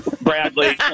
bradley